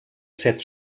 set